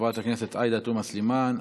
חברת הכנסת עאידה תומא סלימאן.